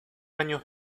años